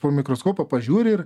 pro mikroskopą pažiūri ir